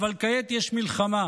אבל כעת יש מלחמה.